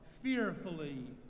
fearfully